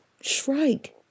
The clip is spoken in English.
Shrike